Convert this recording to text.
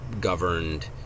governed